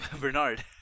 Bernard